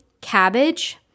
cabbage